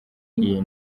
iyi